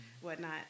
whatnot